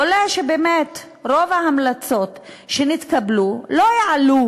עולה שבאמת רוב ההמלצות שהתקבלו לא יעלו